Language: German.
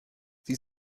sie